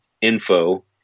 info